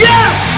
Yes